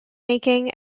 making